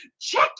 Check